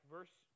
Verse